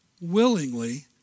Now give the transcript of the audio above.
willingly